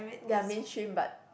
they're mainstream but